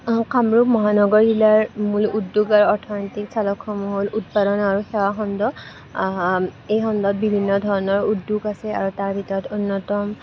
কামৰূপ মহানগৰ জিলাৰ মূল উদ্যোগ আৰু অৰ্থনৈতিক চালকসমূহ উৎপাদন আৰু সেৱা খণ্ড এই খণ্ডত বিভিন্ন ধৰণৰ উদ্য়োগ আছে আৰু তাৰ ভিতৰত অন্য়তম